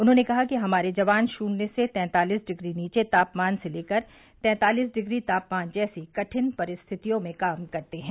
उन्होंने कहा कि हमारे जवान शून्य से तैंतालिस डिग्री नीचे तापमान से लेकर तैंतालिस डिग्री तापमान जैसी कठिन परिस्थतियों में काम करते हैं